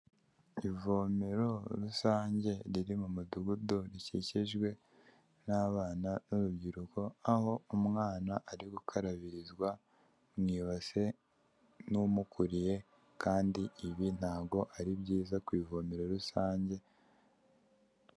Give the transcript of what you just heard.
Ivomero rusange riri mu mudugudu, rikikijwe nabana b'urubyiruko aho umwana ari gukarabirizwa mu base n'umukuriye, kandi ibi ntago ari byiza kuvomera rusange.